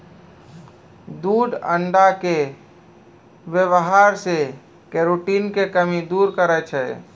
दूध अण्डा के वेवहार से केरोटिन के कमी दूर करै छै